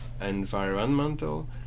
environmental